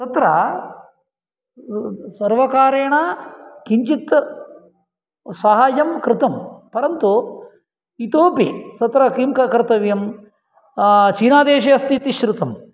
तत्र सर्वकारेण किञ्चित् सहाय्यं कृतं परन्तु इतोपि तत्र किं कर्तव्यं चीनादेशे अस्ति इति श्रुतं